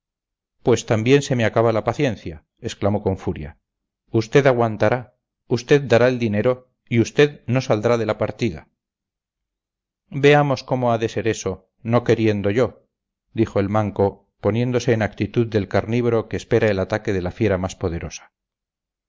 pues también se me acaba la paciencia exclamó con furia usted aguantará usted dará el dinero y usted no saldrá de la partida veamos cómo ha de ser eso no queriendo yo dijo el manco poniéndose en actitud del carnívoro que espera el ataque de la fiera más poderosa